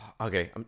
Okay